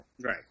Right